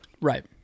right